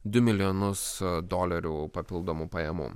du milijonus dolerių papildomų pajamų